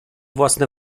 własne